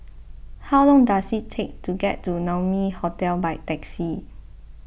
how long does it take to get to Naumi Hotel by taxi